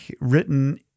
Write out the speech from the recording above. written